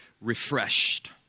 refreshed